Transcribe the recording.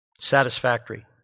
Satisfactory